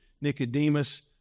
Nicodemus